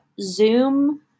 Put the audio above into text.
Zoom